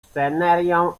scenerią